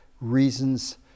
reasons